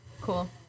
Cool